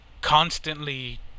constantly